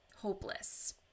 hopeless